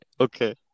Okay